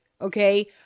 Okay